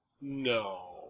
No